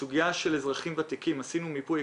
בסוגיה של אזרחים ותיקים עשינו מיפוי.